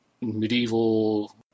medieval